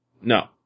No